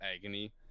agony